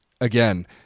again